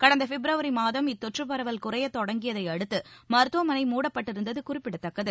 கடந்த பிப்ரவரி மாதம் இத்தொற்றுப் பரவல் குறையத் தொடங்கியதை அடுத்து மருத்துவமனை மூடப்பட்டிருந்தது குறிப்பிடத்தக்கது